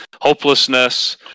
hopelessness